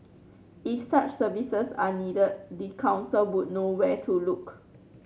if such services are needed the council would know where to look